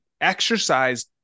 exercise